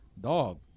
Dog